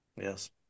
Yes